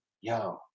yo